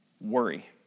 Worry